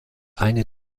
eine